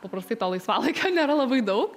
paprastai to laisvalaikio nėra labai daug